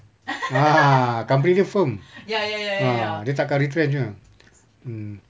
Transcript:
company dia firm ah dia tak akan retrench punya mm